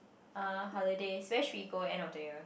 uh holidays where should we go end of the year